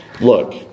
Look